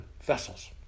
vessels